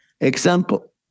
Example